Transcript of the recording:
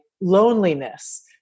loneliness